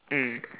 mm